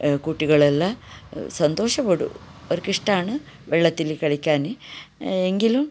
കുട്ടികളല്ല സാന്തോഷപെടും അവർക്കിഷ്ടമാണ് വെള്ളത്തില് കളിക്കാന് എങ്കിലും